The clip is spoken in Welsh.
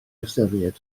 ystyried